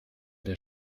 der